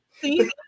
See